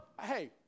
hey